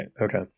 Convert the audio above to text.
Okay